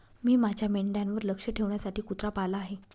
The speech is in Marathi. मी माझ्या मेंढ्यांवर लक्ष ठेवण्यासाठी कुत्रा पाळला आहे